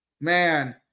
Man